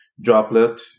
droplet